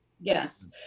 Yes